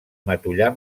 matollar